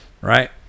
right